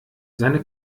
seine